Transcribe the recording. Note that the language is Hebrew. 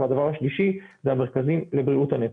והדבר השלישי זה המרכזים לבריאות הנפש.